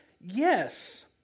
Yes